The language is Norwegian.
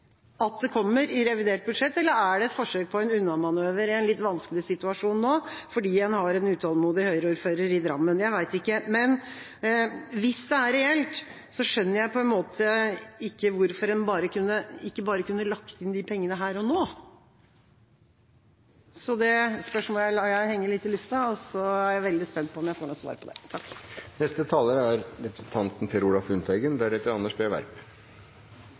et forsøk på en unnamanøver i en litt vanskelig situasjon nå, fordi en har en utålmodig Høyre-ordfører i Drammen? Jeg vet ikke. Hvis det er reelt, skjønner jeg ikke hvorfor en ikke bare kunne lagt inn de pengene her og nå. Det spørsmålet lar jeg henge litt i lufta, og så er jeg veldig spent på om jeg får noe svar på det. Som statsråden sa, skal sjølsagt Domstoladministrasjonen gjøre jobben sin. Det spesielle i denne saken er